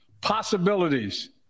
possibilities